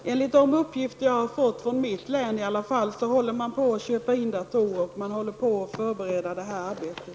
Herr talman! Enligt de uppgifter jag i alla fall har fått från mitt län håller man på att köpa in datorer och förbereda det här arbetet.